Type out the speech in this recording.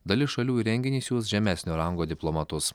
dalis šalių į renginį siųs žemesnio rango diplomatus